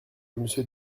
monsieur